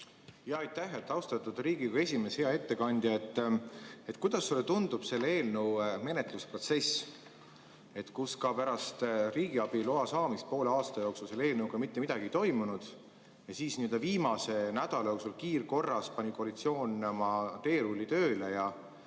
Aitäh, austatud Riigikogu esimees! Hea ettekandja! Kuidas sulle tundub selle eelnõu menetlusprotsess, kus ka pärast riigiabi loa saamist poole aasta jooksul eelnõuga mitte midagi ei toimunud ja siis viimase nädala jooksul kiirkorras pani koalitsioon oma teerulli tööle ja